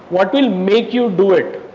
what will make you do it?